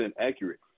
accurate